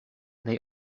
they